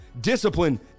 Discipline